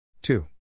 Two